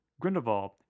Grindelwald